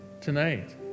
tonight